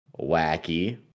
wacky